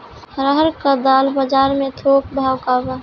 अरहर क दाल बजार में थोक भाव का बा?